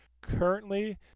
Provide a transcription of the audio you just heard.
currently